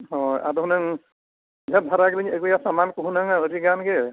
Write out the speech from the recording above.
ᱦᱳᱭ ᱟᱫᱚ ᱦᱩᱱᱟᱹᱝ ᱰᱷᱮᱹᱨ ᱫᱷᱟᱨᱟ ᱜᱮᱞᱤᱧ ᱟᱹᱜᱩᱣᱟᱭᱟ ᱥᱮ ᱥᱟᱢᱟᱱ ᱠᱚ ᱦᱩᱱᱟᱹᱝ ᱟᱹᱰᱤ ᱜᱟᱱ ᱜᱮ